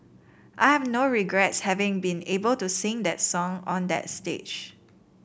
I have no regrets having been able to sing that song on that stage